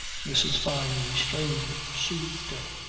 mrs. fyne restrained her, soothed her,